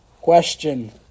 Question